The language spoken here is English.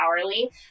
hourly